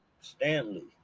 Stanley